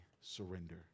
surrender